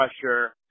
pressure